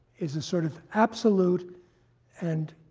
is a sort of absolute and